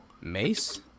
Mace